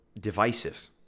divisive